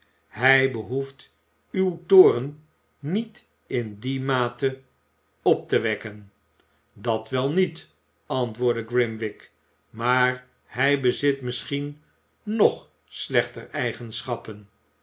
hij behoeft uw toorn niet in die mate op te wekken dat wel niet antwoordde grimwig maar hij bezit misschien nog slechter eigenschappen